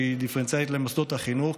שהיא דיפרנציאלית למוסדות החינוך,